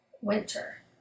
Winter